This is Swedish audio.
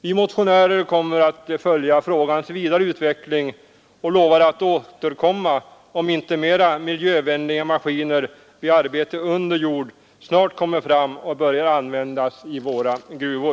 Vi motionärer kommer att följa frågans vidare utveckling och lovar att återkomma om inte mera miljövänliga maskiner vid arbete under jord snart kommer fram och börjar användas i våra gruvor.